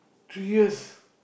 three years